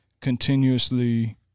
continuously